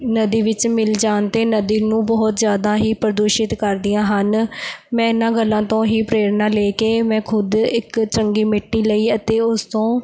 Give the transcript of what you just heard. ਨਦੀ ਵਿੱਚ ਮਿਲ ਜਾਣ 'ਤੇ ਨਦੀ ਨੂੰ ਬਹੁਤ ਜ਼ਿਆਦਾ ਹੀ ਪ੍ਰਦੂਸ਼ਿਤ ਕਰਦੀਆਂ ਹਨ ਮੈਂ ਇਹਨਾਂ ਗੱਲਾਂ ਤੋਂ ਹੀ ਪ੍ਰੇਰਨਾ ਲੈ ਕੇ ਮੈਂ ਖੁਦ ਇੱਕ ਚੰਗੀ ਮਿੱਟੀ ਲਈ ਅਤੇ ਉਸ ਤੋਂ